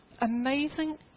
amazing